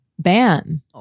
ban